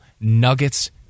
Nuggets